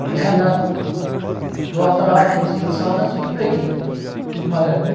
محنت دۄہ تہٕ راتھ أمِس اِنسانَس یہِ چھُ أتِی مگر